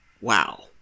Wow